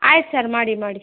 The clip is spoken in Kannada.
ಆಯ್ತು ಸರ್ ಮಾಡಿ ಮಾಡಿ